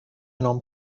نام